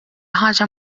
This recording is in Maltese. ħaġa